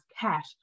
cash